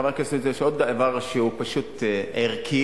חבר הכנסת, יש עוד דבר שהוא פשוט ערכי,